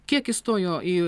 kiek įstojo į